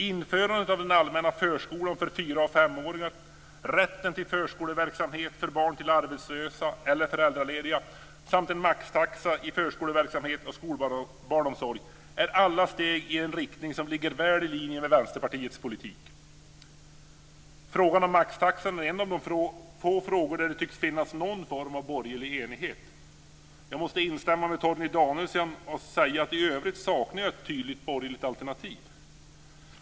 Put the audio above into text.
Införandet av den allmänna förskolan för fyraoch femåringar, rätten till förskoleverksamhet för barn till arbetslösa eller föräldralediga samt en maxtaxa i förskoleverksamhet och skolbarnomsorg är alla steg i en riktning som ligger väl i linje med Vänsterpartiets politik. Frågan om maxtaxan är en av de få frågor där det tycks finnas någon form av borgerlig enighet. Jag måste instämma med Torgny Danielsson. I övrigt måste jag säga att jag saknar ett tydligt borgerligt alternativ.